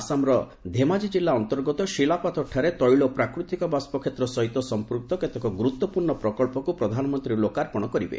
ଆସାମ୍ର ଧେମାଜି ଜିଲ୍ଲା ଅନ୍ତର୍ଗତ ଶିଲାପାଥୋରଠାରେ ତେଳ ଓ ପ୍ରାକୃତିକ ବାଷ୍ପ କ୍ଷେତ୍ର ସହିତ ସମ୍ପୁକ୍ତ କେତେକ ଗୁରୁତ୍ୱପୂର୍ଣ୍ଣ ପ୍ରକଳ୍ପକୁ ପ୍ରଧାନମନ୍ତ୍ରୀ ଲୋକାର୍ପଣ କରିବେ